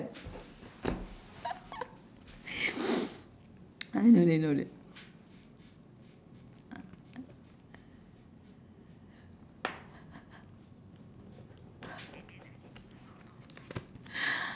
I no need no need